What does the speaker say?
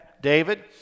David